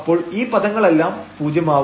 അപ്പോൾ ഈ പദങ്ങളെല്ലാം പൂജ്യമാവും